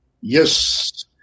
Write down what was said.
Yes